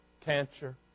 Cancer